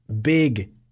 big